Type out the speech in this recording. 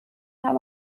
kann